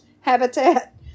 habitat